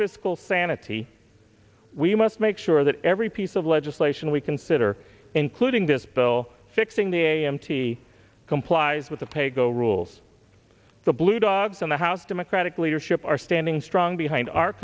fiscal sanity we must make sure that every piece of legislation we consider including this bill fixing the a m t complies with the pay go rules the blue dogs in the house democratic leadership are standing strong behind our